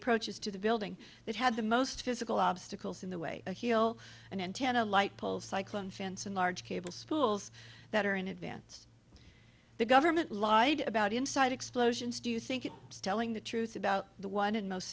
approaches to the building that had the most physical obstacles in the way a heel an antenna light poles cycling fans and large cable spools that are in advance the government lied about inside explosions do you think it is telling the truth about the one and most